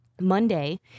Monday